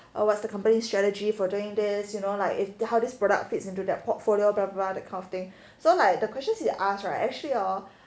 oh what's the company strategy for doing this you know like if how this product fits into their portfolio blah blah that kind of thing so like the questions he ask right actually hor